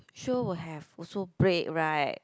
sure will have also break right